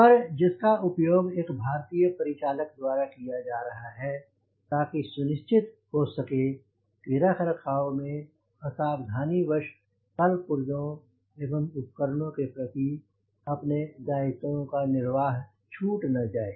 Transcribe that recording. पर जिसका उपयोग एक भारतीय परिचालक द्वारा किया जा रहा है ताकि सुनिश्चित हो सके कि रखरखाव में असावधानीवश कल पुर्जों एवं उपकरणों के प्रति अपने दायित्वों का निर्वाह छूट न जाये